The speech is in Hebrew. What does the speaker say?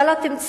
אתה לא תמצא,